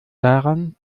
daran